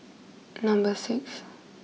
number six